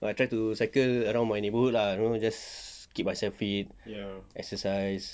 I try to cycle around my neighbourhood lah know just keep myself fit exercise